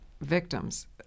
victims